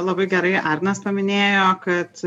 labai gerai arnas paminėjo kad